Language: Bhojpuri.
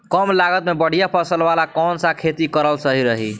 कमलागत मे बढ़िया फसल वाला कौन सा खेती करल सही रही?